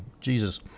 Jesus